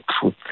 truth